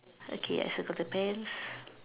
okay I circle the pants